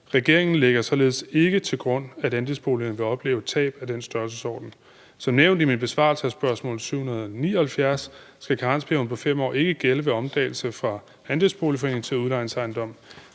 Regeringen lægger således ikke til grund, at andelsboligerne vil opleve et tab af den størrelsesorden. Som nævnt i min besvarelse af spørgsmål 779 skal karensperioden på 5 år ikke gælde ved omdannelse fra andelsboligforening til udlejningsejendom.